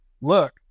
look